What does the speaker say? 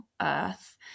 Earth